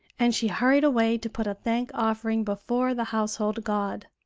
and she hurried away to put a thank-offering before the household god.